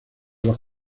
los